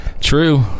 true